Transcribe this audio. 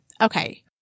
Okay